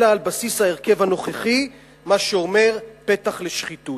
אלא על בסיס ההרכב הנוכחי, מה שאומר, פתח לשחיתות.